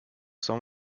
some